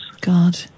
God